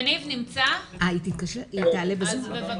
המעונות בספטמבר 2020. אז ילדים יכולים להידבק.